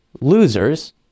losers